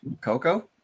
Coco